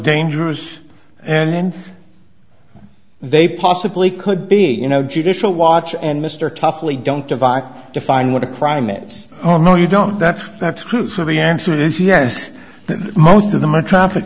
dangerous and they possibly could be you know judicial watch and mr toughly don't divide define what a crime it is oh no you don't that's that's the truth of the answer is yes most of them are traffic